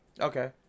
Okay